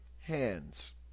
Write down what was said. hands